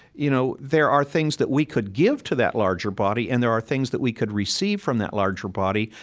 you know, there are things that we could give to that larger body and there are things that we could receive from that larger body,